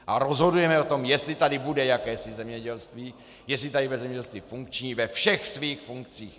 A rozhodujeme o tom, jestli tady bude jakési zemědělství, jestli tady bude zemědělství funkční ve všech svých funkcích.